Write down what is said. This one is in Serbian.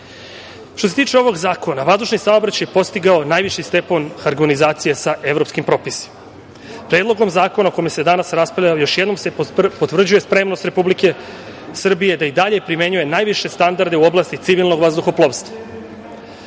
se tiče ovog zakona, vazdušni saobraćaj postigao je najviši stepen harmonizacije sa evropskim propisima. Predlogom zakona o kome se danas raspravlja još jednom se potvrđuje spremnost Republike Srbije da i dalje primenjuje najviše standarde u oblasti civilnog vazduhoplovstva. Napori